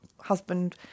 husband